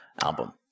album